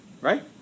Right